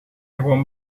gewoon